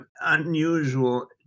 unusual